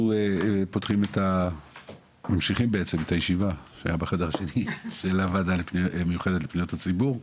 אנחנו ממשיכים בעצם את הישיבה של הוועדה המיוחדת לפניות הציבור,